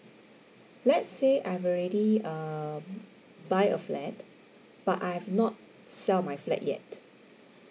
let's say I have already um buy a flat but I have not sell my flat yet